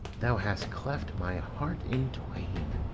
thou hast cleft my heart in twain.